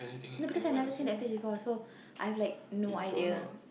no because I've never seen that place before so I've like no idea